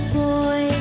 boy